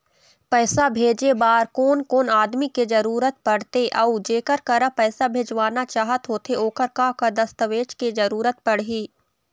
पैसा भेजे बार कोन कोन आदमी के जरूरत पड़ते अऊ जेकर करा पैसा भेजवाना चाहत होथे ओकर का का दस्तावेज के जरूरत पड़ही?